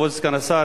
כבוד סגן השר,